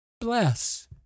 bless